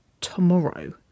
tomorrow